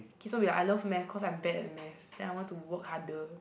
kids won't be like I love math cause I'm bad at math then I want to work harder